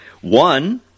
one